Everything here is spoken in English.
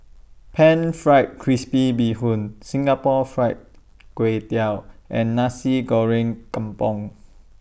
Pan Fried Crispy Bee Hoon Singapore Fried Kway Tiao and Nasi Goreng Kampung